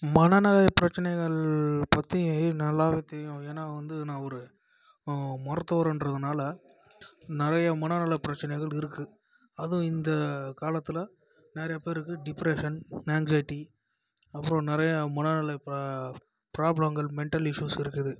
மனநோய் பிரச்சனைகள் பற்றி நல்லா தெரியும் ஏன்னா வந்து நான் ஒரு மருத்துவருன்றதினால நிறைய மனநல பிரச்சனைகள் இருக்கு அதுவும் இந்த காலத்தில் நிறைய பேருக்கு டிப்ரெஷன் ஆன்சைட்டி அப்புறம் நிறையா மனநல பிராப்ளங்கள் மென்ட்டல் இஸ்யூஸு இருக்குது